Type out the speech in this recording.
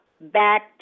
back